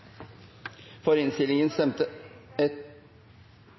for eit